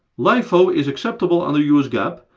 lifo is acceptable under us gaap,